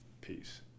peace